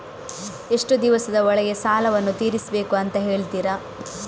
ಎಷ್ಟು ದಿವಸದ ಒಳಗೆ ಸಾಲವನ್ನು ತೀರಿಸ್ಬೇಕು ಅಂತ ಹೇಳ್ತಿರಾ?